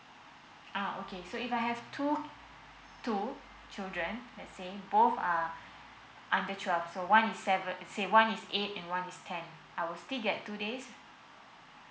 uh okay so if I have two two children let's say both are under twelve so one is seven say one is eight and one is ten I will still got two days?